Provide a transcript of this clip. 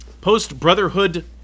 Post-Brotherhood